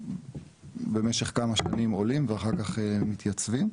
שעולים במשך כמה שנים ואחר כך מתייצבים.